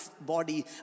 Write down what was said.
body